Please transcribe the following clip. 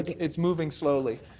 it's moving slowly.